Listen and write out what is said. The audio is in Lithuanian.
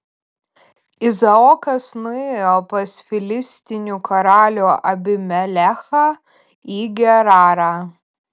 izaokas nuėjo pas filistinų karalių abimelechą į gerarą